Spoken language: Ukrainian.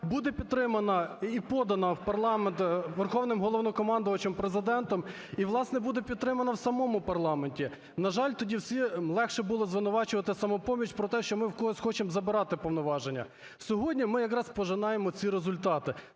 буде підтримана і подана в парламент Верховним Головнокомандувачем Президентом і, власне, буде підтримана в самому парламенті. На жаль, тоді всім легше було звинувачувати "Самопоміч" про те, що ми в когось хочемо забирати повноваження. Сьогодні ми якраз пожинаємо ці результати.